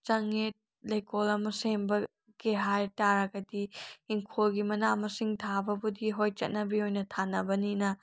ꯆꯪꯉꯦ ꯂꯩꯀꯣꯜ ꯑꯃ ꯁꯦꯝꯒꯠꯀꯦ ꯍꯥꯏꯕ ꯇꯥꯔꯒꯗꯤ ꯏꯪꯈꯣꯜꯒꯤ ꯃꯅꯥ ꯃꯁꯤꯡ ꯊꯥꯕꯕꯨꯗꯤ ꯍꯣꯏ ꯆꯠꯅꯕꯤ ꯑꯣꯏꯅ ꯊꯥꯅꯕꯅꯤꯅ